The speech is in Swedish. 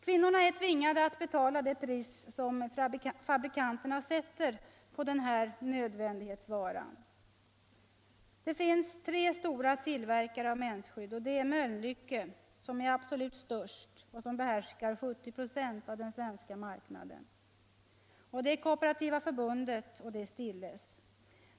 Kvinnorna är tvingade att betala det pris som fabrikanterna sätter på den här nöd Det finns tre stora tillverkare av mensskydd: Mölnlycke, som är absolut störst och som behärskar 70 96 av den svenska marknaden, Kooperativa Förbundet och Stilles.